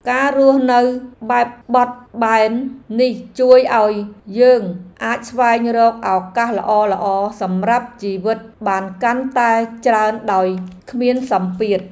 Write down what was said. ការរស់នៅបែបបត់បែននេះជួយឱ្យយើងអាចស្វែងរកឱកាសល្អៗសម្រាប់ជីវិតបានកាន់តែច្រើនដោយគ្មានសម្ពាធ។